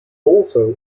also